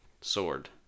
Sword